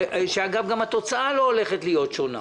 שאגב, גם התוצאה לא הולכת להיות שונה.